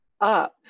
up